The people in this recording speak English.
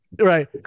Right